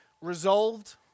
resolved